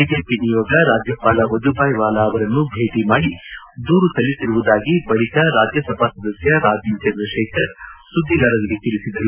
BJP ನಿಯೋಗ ರಾಜ್ಯಪಾಲ ವಜೂಬಾಯಿವಾಲಾ ಅವರನ್ನು ಭೇಟಿ ಮಾಡಿ ದೂರು ಸಲ್ಲಿಸಿರುವುದಾಗಿ ಬಳಿಕ ರಾಜ್ಯ ಸಭಾ ಸದಸ್ಯ ರಾಜೀವ್ ಚಂದ್ರಶೇಖರ್ ಸುದ್ದಿಗಾರರಿಗೆ ತಿಳಿಸಿದರು